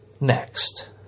next